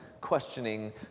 questioning